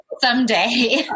someday